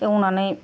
एवनानै